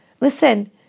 listen